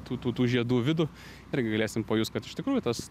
tų tų tų žiedų vidų irgi galėsim pajust kad iš tikrųjų tas